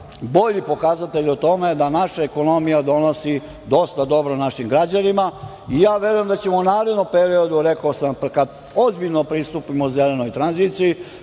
bolji pokazatelj o tome da naša ekonomija donosi dosta dobro našim građanima. Ja verujem da ćemo u narednom periodu, rekao sam vam, kad ozbiljno pristupimo zelenoj tranziciji,